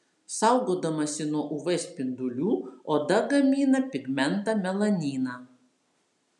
saugodamasi nuo uv spindulių oda gamina pigmentą melaniną